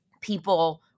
people